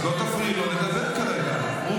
לא, אני